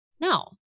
No